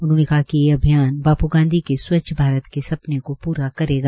उन्होंने कहा कि ये अभियान बाप् गांधी के स्वच्छ भारत के सपने को पुरा करेगा